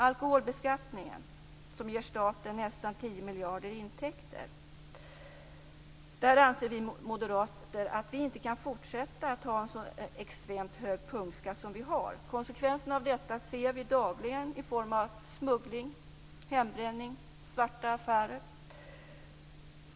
Alkoholbeskattningen ger staten nästan 10 miljarder i intäkter. Vi moderater anser att man inte kan fortsätta med en så extremt hög punktskatt som nu tas ut. Konsekvenserna av den ser vi dagligen i form av smuggling, hembränning och svarta affärer.